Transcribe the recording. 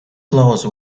claws